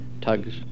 tugs